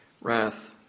wrath